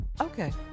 Okay